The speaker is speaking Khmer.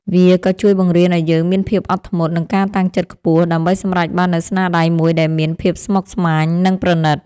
វាក៏ជួយបង្រៀនឱ្យយើងមានភាពអត់ធ្មត់ និងការតាំងចិត្តខ្ពស់ ដើម្បីសម្រេចបាននូវស្នាដៃមួយដែលមានភាពស្មុគស្មាញ និងប្រណីត។